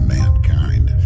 mankind